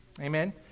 Amen